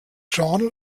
journal